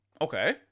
Okay